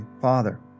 Father